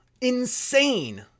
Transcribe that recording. insane